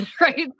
right